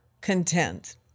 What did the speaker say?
content